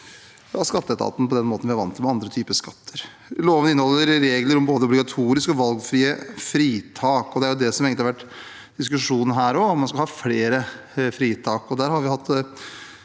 skatteetaten, på den måten vi er vant med for andre typer skatter. Loven inneholder regler om både obligatoriske og valgfrie fritak, og det er egentlig det som har vært diskusjonen her, om man skal ha flere fritak.